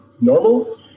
normal